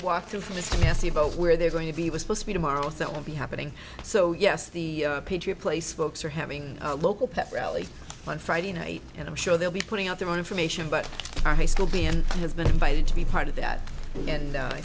messy about where they're going to be was supposed to be tomorrow that will be happening so yes the patriot place folks are having a local pep rally on friday night and i'm sure they'll be putting out their own information but our high school band has been invited to be part of that and